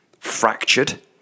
fractured